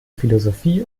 philosophie